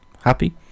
Happy